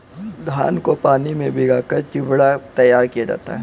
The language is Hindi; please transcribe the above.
धान को पानी में भिगाकर चिवड़ा तैयार किया जाता है